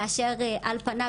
כאשר על פניו,